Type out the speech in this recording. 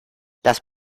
las